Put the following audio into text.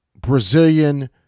Brazilian